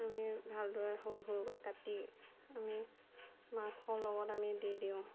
আমি ভালদৰে সৰু সৰুকৈ কাটি আমি মাংসৰ লগত আমি দি দিওঁ